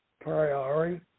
Priori